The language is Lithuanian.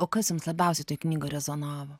o kas jums labiausiai toj knygoj rezonavo